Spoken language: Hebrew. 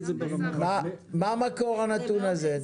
דני, מה מקור הנתון הזה?